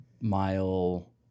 mile